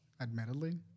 admittedly